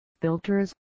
filters